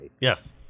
Yes